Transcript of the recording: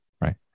Right